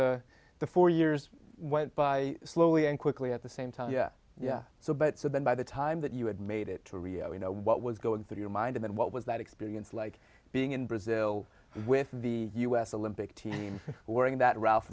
a the four years went by slowly and quickly at the same time yeah yeah so but so then by the time that you had made it to rio you know what was going through your mind and what was that experience like being in brazil with the u s olympic team working that ralph